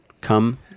come